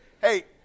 Hey